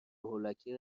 هولکی